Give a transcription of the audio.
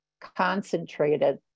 concentrated